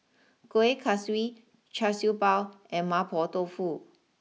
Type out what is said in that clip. Kuih Kaswi Char Siew Bao and Mapo Tofu